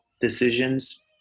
decisions